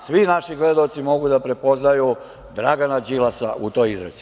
Svi naši gledaoci mogu da prepoznaju Dragana Đilasa u toj izreci.